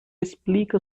explica